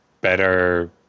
better